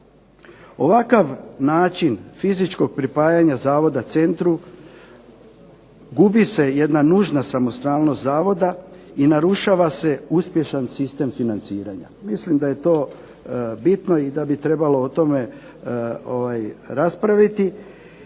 Ovakav način fizičkog pripajanja Zavoda centru, gubi se jedna nužna samostalnost zavoda i narušava se uspješan sistem financiranja. Mislim da je to bitno i da bi trebalo o tome raspraviti,